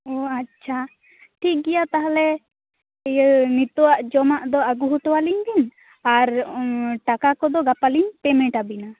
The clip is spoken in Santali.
ᱚ ᱟᱪᱪᱷᱟ ᱴᱷᱤᱠ ᱜᱮᱭᱟ ᱛᱟᱦᱚᱞᱮ ᱤᱭᱟ ᱱᱤᱛᱳᱜᱟᱜ ᱡᱚᱢᱟᱜ ᱫᱚ ᱟᱹᱜᱩ ᱦᱚᱴᱚᱣᱟᱞᱤᱧ ᱵᱤᱱ ᱟᱨ ᱚᱸ ᱴᱟᱠᱟ ᱠᱚᱫᱚ ᱜᱟᱯᱟᱞᱤᱝ ᱯᱮᱢᱮᱴᱟᱵᱤᱱᱟ